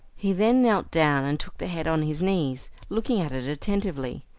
he then knelt down, and took the head on his knees, looking at it attentively.